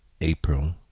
April